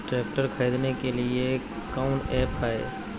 Tractor खरीदने के लिए कौन ऐप्स हाय?